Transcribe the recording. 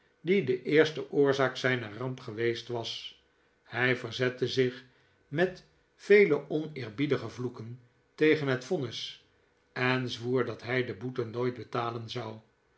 die de eerste oorzaak zijner ramp geweest was hij verzette zich met vele oneerbiedige vloeken tegen het vonnis en zwoer dat hij de boete nooit betalen zou